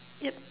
yup